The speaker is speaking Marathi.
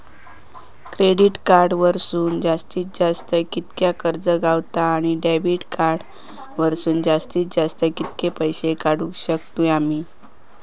क्रेडिट कार्ड वरसून जास्तीत जास्त कितक्या कर्ज गावता, आणि डेबिट कार्ड वरसून जास्तीत जास्त कितके पैसे काढुक शकतू आम्ही?